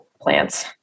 plants